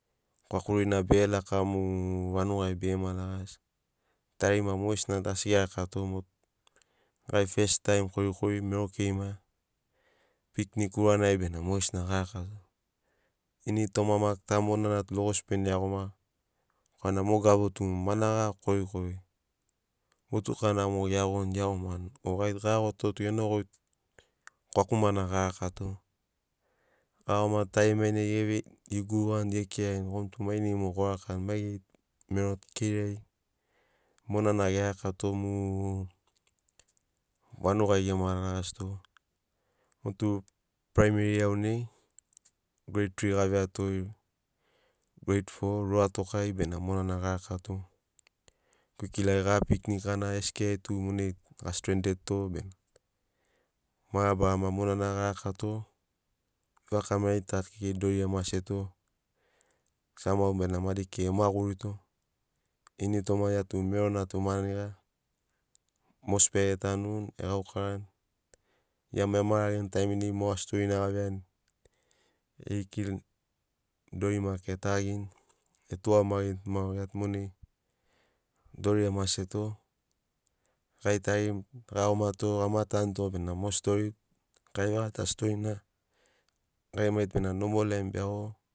Kwakurina bege lakamu vanugai begema lagasi tarimatu mogesina tu asi ge rakato gai fest taim korikori mero keima piknik urana bena mogesina garakato. Initoma maki ta monana tu logosi bene iagoma korana mo gabut u managa korikori motukana mogo ge iagoni ge iagomani o gai tu ga iagoto tu genogoi tu kwakumana garakato gaiagomato tari mainai ge gurugani gomi tu mainai mogo go rakani mai geri mero tu keiri ai monana ge rakato mu vanugai gema lagasi to. Motu praimeri iaunai greid tri ga veiato greid fo ruatokai bena monana ga rakato kwikilai ga piknik gana sk ai tu monai ga strended to bena mabarama monana ga rakato vefaka mai ta tu dori emaseto samau bena madi kekei emagurito initoma gia tu merona tu maniga mosbi ai etanuni e gaukarani gia maki e marageni taiminai moga storina ga veiani erikini dori maki etagini e tugamagini tu mauro gia tu monai dori emaseto gai tari ga iagomato gama tanuto bena mo stori kaivegata storina gai gemai tu bena nomol ai mo beiago.